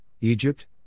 Egypt